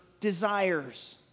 desires